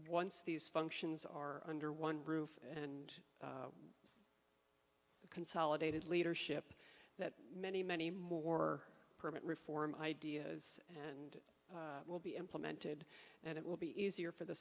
once these functions are under one roof and consolidated leadership that many many more permit reform ideas and will be implemented and it will be easier for the